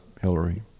Hillary